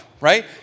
Right